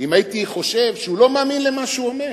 אם הייתי חושב שהוא לא מאמין למה שהוא אומר.